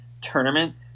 tournament